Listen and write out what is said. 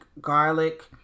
garlic